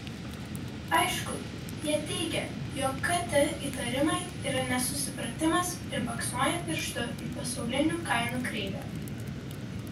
aišku jie teigia jog kt įtarimai yra nesusipratimas ir baksnoja pirštu į pasaulinių kainų kreivę